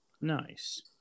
Nice